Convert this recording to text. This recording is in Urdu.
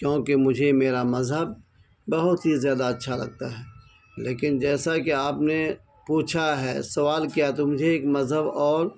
کیونکہ مجھے میرا مذہب بہت ہی زیادہ اچھا لگتا ہے لیکن جیسا کہ آپ نے پوچھا ہے سوال کیا تو مجھے ایک مذہب اور